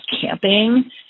Camping